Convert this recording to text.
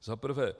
Za prvé.